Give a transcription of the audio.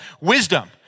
wisdom